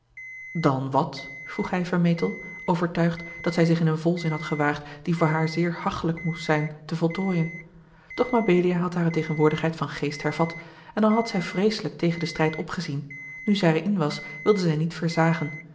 dan wat vroeg hij vermetel overtuigd dat zij zich in een volzin had gewaagd die voor haar zeer hachelijk moest zijn te voltooien doch mabelia had hare tegenwoordigheid van geest hervat en al had zij vreeselijk tegen den strijd opgezien nù zij er in was wilde zij niet